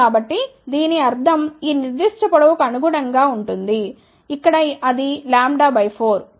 కాబట్టి దీని అర్థం ఈ నిర్దిష్ట పొడవు కు అనుగుణంగా ఉంటుంది ఇక్కడ అది λ 4